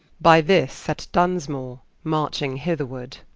by this at dunsmore, marching hitherward